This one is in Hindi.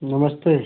नमस्ते